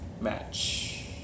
match